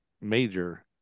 major